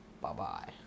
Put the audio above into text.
Bye-bye